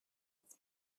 its